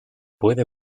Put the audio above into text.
puede